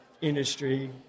industry